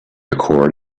accord